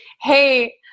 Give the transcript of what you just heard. hey